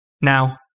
Now